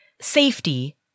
safety